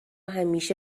همیشه